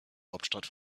hauptstadt